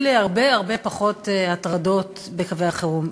להרבה הרבה פחות הטרדות בקווי החירום.